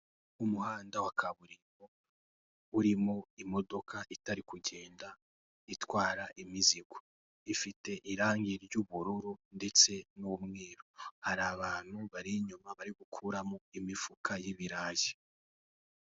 Umuhanda wa kaburimbo, urimo imodoka itari kugenda, itwara imizigo, ifite irangi ry'ubururu ndetse n'umweru, hari abantu bari inyuma bari gukuramo imifuka y'ibirayi.